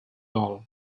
gol